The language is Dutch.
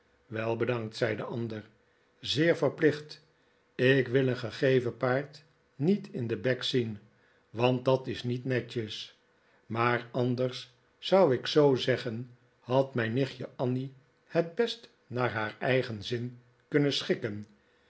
wel bedankt zei de ander zeer verplicht ik wil een gegeven paard niet in den bek zien want dat is niet netjes maar anders zou ik zoo zeggen had mijn nichtje annie het best naar haar eigen zin kunnen schikken